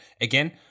again